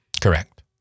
Correct